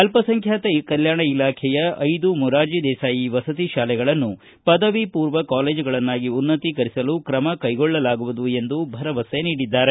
ಅಲ್ಲಸಂಖ್ಯಾತರ ಕಲ್ಯಾಣ ಇಲಾಖೆಯ ಐದು ಮೊರಾರ್ಜಿ ದೇಸಾಯಿ ವಸತಿ ಶಾಲೆಗಳನ್ನು ಪದವಿ ಪೂರ್ವ ಕಾಲೇಜುಗಳನ್ನಾಗಿ ಉನ್ನತೀಕರಿಸಲು ತ್ರಮ ಕೈಗೊಳ್ಳಲಾಗುವುದು ಎಂದು ಭರವಸೆ ನೀಡಿದ್ದಾರೆ